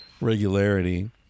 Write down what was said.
regularity